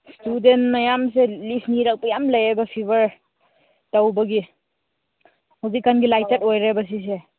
student ꯃꯌꯥꯝꯁꯦ ꯂꯤꯐ ꯅꯤꯔꯛꯄ ꯌꯥꯝ ꯂꯩꯌꯦꯕ ꯐꯤꯚꯔ ꯇꯧꯕꯒꯤ ꯍꯧꯖꯤꯛꯀꯥꯟꯒꯤ ꯂꯥꯏꯆꯠ ꯑꯣꯏꯔꯦꯕ ꯁꯤꯁꯦ